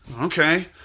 okay